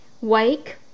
wake